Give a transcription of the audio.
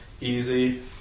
easy